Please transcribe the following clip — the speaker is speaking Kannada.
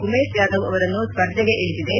ಉಮೇಶ್ ಜಾಧವ್ ಅವರನ್ನು ಸ್ಪರ್ಧೆಗೆ ಇಳಿಸಿದೆ